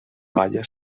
palla